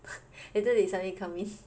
later they suddenly come in